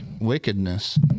wickedness